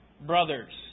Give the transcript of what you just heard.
brothers